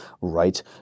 right